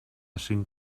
cinc